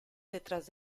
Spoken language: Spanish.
detrás